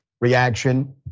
reaction